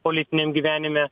politiniam gyvenime